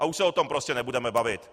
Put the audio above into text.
A už se o tom prostě nebudeme bavit.